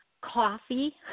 coffee